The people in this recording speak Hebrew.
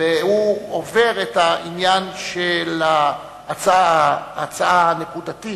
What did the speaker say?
והוא עובר את העניין של ההצעה הנקודתית,